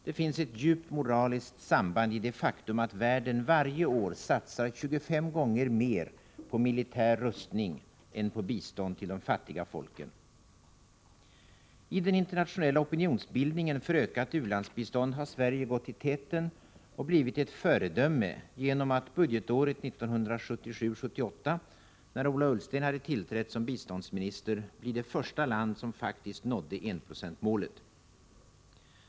Det finns ett djupt moraliskt samband i det faktum att världen varje år satsar 25 gånger mer på militär rustning än på bistånd till de fattiga folken! I den internationella opinionsbildningen för ökat u-landsbistånd har Sverige gått i täten och blivit ett föredöme genom att budgetåret 1977/78, när Ola Ullsten hade tillträtt som biståndsminister, bli det första land som faktiskt nådde enprocentsmålet.